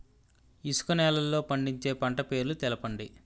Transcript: ఇసుక నేలల్లో పండించే పంట పేర్లు తెలపండి?